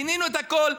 פינינו את הכול,